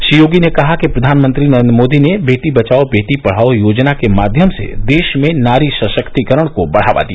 श्री योगी ने कहा कि प्रधानमंत्री नरेंद्र मोदी ने बेटी बचाओ बेटी पढ़ाओ योजना के माध्यम से देश में नारी सशक्तिकरण को बढ़ावा दिया